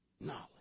knowledge